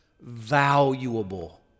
valuable